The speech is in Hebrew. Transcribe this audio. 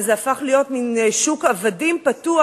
וזה הפך להיות מין שוק עבדים פתוח.